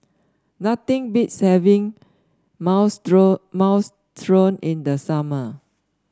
nothing beats having Minestrone Minestrone in the summer